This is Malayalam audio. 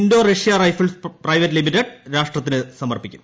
Indo Russia Rifles Private Limited രാഷ്ട്രത്തിന് സമർപ്പിക്കും